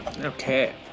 okay